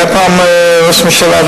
היה פעם ראש ממשלה,